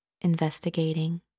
investigating